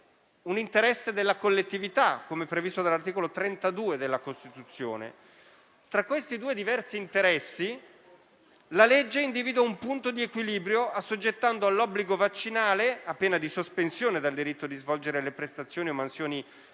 interesse della collettività, come previsto dall'articolo 32 della Costituzione. Tra questi due diversi interessi, la legge individua un punto di equilibrio, assoggettando all'obbligo vaccinale, a pena di sospensione dal diritto di svolgere le prestazioni o mansioni che